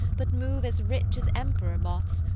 but move as rich as emperor-moths,